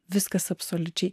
viskas absoliučiai